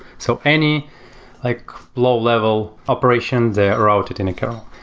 so any like low level operations, they route it in a kernel.